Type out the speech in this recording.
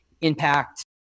impact